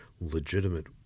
legitimate